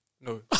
No